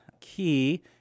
key